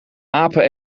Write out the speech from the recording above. apen